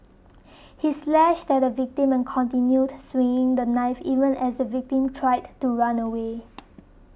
he slashed at the victim and continued swinging the knife even as the victim tried to run away